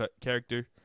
character